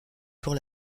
pour